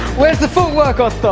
where's the footwork otto!